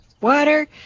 water